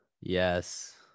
Yes